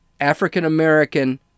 African-American